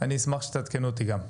אני אשמח שתעדנו אותי גם.